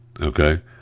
Okay